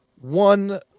one